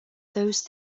those